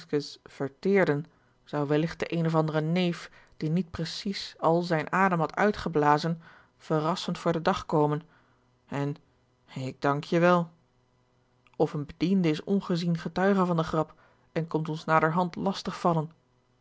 verteerden zou welligt de eene of andere neef die niet precies al zijn adem had uitgeblazen verrassend voor den dag komen en ik dank je wel of een bediende is ongezien getuige van de grap en komt ons naderhand lastig vallen